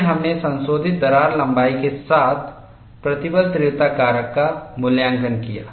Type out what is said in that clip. फिर हमने संशोधित दरार लंबाई के साथ प्रतिबल तीव्रता कारक का मूल्यांकन किया